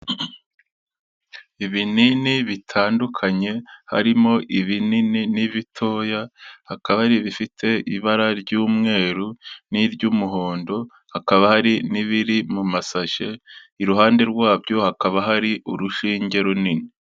Ibinini bitandukanye, harimo ibinini n'ibitoya, hakaba hari ibifite ibara ry'umweru n'iry'umuhondo, hakaba hari n'ibiri mu masashe, iruhande rwabyo hakaba hari urushinge runini.